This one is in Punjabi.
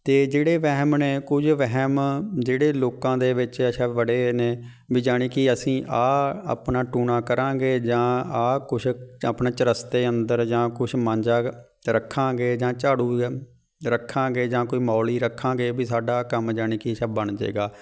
ਅਤੇ ਜਿਹੜੇ ਵਹਿਮ ਨੇ ਕੁਝ ਵਹਿਮ ਜਿਹੜੇ ਲੋਕਾਂ ਦੇ ਵਿੱਚ ਬੜੇ ਨੇ ਵੀ ਜਾਣੀ ਕਿ ਅਸੀਂ ਆਹ ਆਪਣਾ ਟੂਣਾ ਕਰਾਂਗੇ ਜਾਂ ਆਹ ਕੁਛ ਆਪਣਾ ਚਰਸਤੇ ਅੰਦਰ ਜਾਂ ਕੁਛ ਮਾਂਜਾ ਰੱਖਾਂਗੇ ਜਾਂ ਝਾੜੂ ਰੱਖਾਂਗੇ ਜਾਂ ਕੋਈ ਮੌਲੀ ਰੱਖਾਂਗੇ ਵੀ ਸਾਡਾ ਕੰਮ ਜਾਣੀ ਕਿ ਅਛਾ ਬਣ ਜਾਏਗਾ